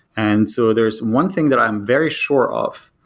and so there's one thing that i am very sure of,